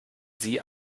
sie